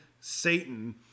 Satan